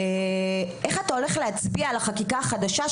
איך אתה הולך להצביע על החקיקה החדשה,